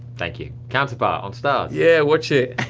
thank you. counterpart on starz. yeah, watch it.